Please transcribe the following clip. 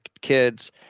kids